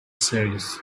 series